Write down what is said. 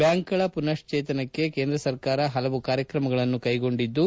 ಬ್ಲಾಂಕುಗಳ ಪುನಶ್ಲೇತನಕ್ಕೆ ಕೇಂದ್ರ ಸರ್ಕಾರ ಹಲವು ಕಾರ್ಯಕ್ರಮಗಳನ್ನು ಕೈಗೊಂಡಿದ್ದು